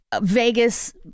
Vegas